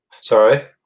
Sorry